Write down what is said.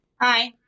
Hi